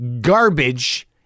garbage